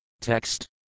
Text